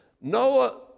Noah